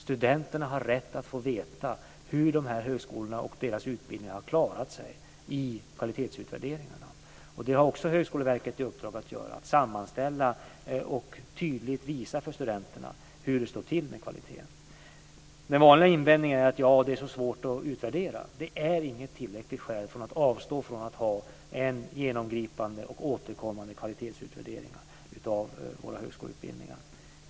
Studenterna har rätt att få veta hur högskolorna och deras utbildningar har klarat sig i kvalitetsutvärderingarna. Högskoleverket har i uppdrag att sammanställa och tydligt visa för studenterna hur det står till med kvaliteten. Den vanliga invändningen är att det är så svårt att utvärdera. Det är inget tillräckligt skäl att avstå från att ha genomgripande och återkommande kvalitetsutvärderingar av våra högskoleutbildningar.